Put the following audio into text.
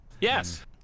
Yes